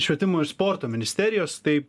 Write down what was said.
švietimo ir sporto ministerijos tai